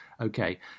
okay